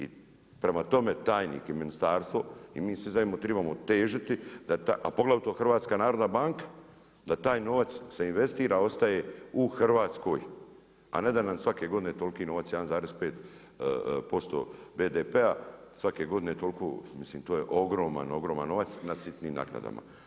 I prema tome tajnik i ministarstvo i mi svi zajedno trebamo težiti da ta, a poglavito HNB da taj novac se investira, ostaje u Hrvatskoj a ne da nam svake godine toliki novac 1,5% BPD-a, svake godine toliko, mislim to je ogroman, ogroman novac na sitnim naknadama.